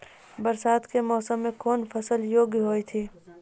बरसात के मौसम मे कौन फसल योग्य हुई थी?